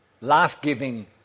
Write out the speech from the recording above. life-giving